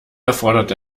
erfordert